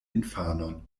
infanon